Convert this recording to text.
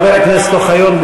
חבר הכנסת אוחיון.